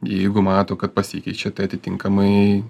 jeigu mato kad pasikeičia tai atitinkamai